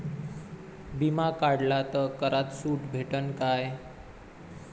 बिमा काढला तर करात सूट भेटन काय?